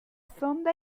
sonda